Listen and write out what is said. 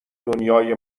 دنیای